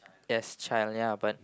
yes child ya but